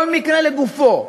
כל מקרה לגופו.